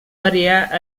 variar